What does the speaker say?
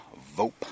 vote